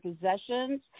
possessions